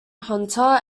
hunter